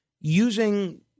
using –